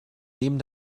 nehmen